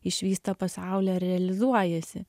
išvys tą pasaulį ar realizuojasi